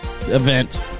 Event